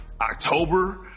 october